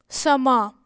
ਸਮਾਂ